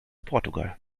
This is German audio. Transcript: portugal